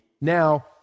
Now